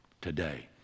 today